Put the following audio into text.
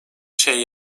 şey